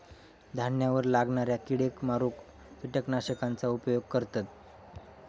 धान्यावर लागणाऱ्या किडेक मारूक किटकनाशकांचा उपयोग करतत